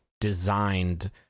designed